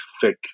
thick